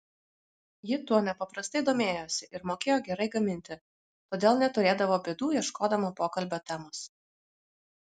ji tuo nepaprastai domėjosi ir mokėjo gerai gaminti todėl neturėdavo bėdų ieškodama pokalbio temos